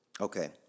Okay